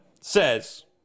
says